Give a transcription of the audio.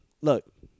look